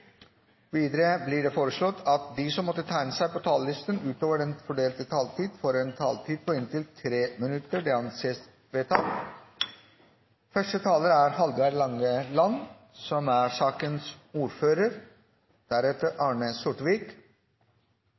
foreslått at de som måtte tegne seg på talerlisten utover den fordelte taletid, får en taletid på inntil 3 minutter. – Det anses vedtatt.